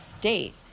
date